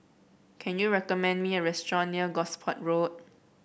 can you recommend me a restaurant near Gosport Road